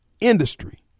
industry